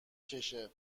کشه